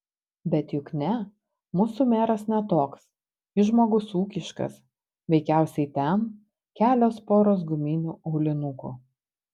bet juk ne mūsų meras ne toks jis žmogus ūkiškas veikiausiai ten kelios poros guminių aulinukų